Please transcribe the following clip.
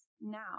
now